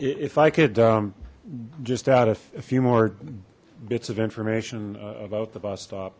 if i could just out a few more bits of information about the bus stop